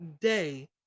day